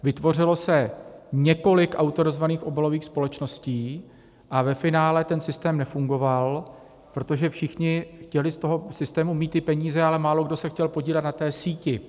Vytvořilo se několik autorizovaných obalových společností a ve finále ten systém nefungoval, protože všichni chtěli z toho systému mít ty peníze, ale málokdo se chtěl podílet na té síti.